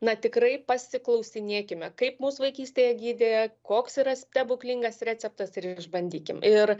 na tikrai pasiklausinėkime kaip mus vaikystėje gydė koks yra stebuklingas receptas ir išbandykim ir